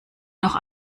noch